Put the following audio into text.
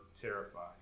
terrified